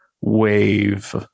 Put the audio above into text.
wave